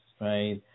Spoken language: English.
right